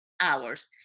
hours